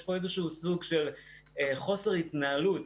יש פה איזשהו סוג של חוסר התנהלות